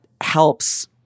helps